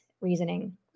reasoning